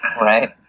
Right